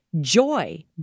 joy